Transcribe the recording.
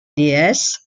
déesse